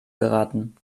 geraten